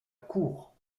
cour